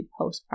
postpartum